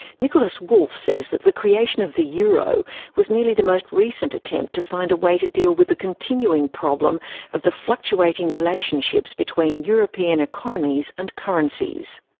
nikolaus wolf says that the creation of the euro was merely the most recent attempt to find a way to deal with the continuing problem of the fluctuating relationships between european economies and currencies.